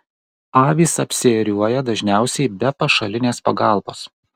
avys apsiėriuoja dažniausiai be pašalinės pagalbos